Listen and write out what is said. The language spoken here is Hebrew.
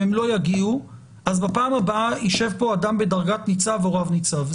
אם הם לא יגיעו אז בפעם הבאה יישב פה אדם בדרגת ניצב או רב ניצב.